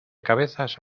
cabezas